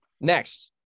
Next